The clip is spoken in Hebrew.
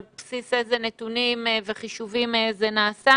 על בסיס איזה נתונים וחישובים זה נעשה.